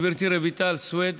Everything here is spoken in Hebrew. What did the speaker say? גברתי רויטל סויד,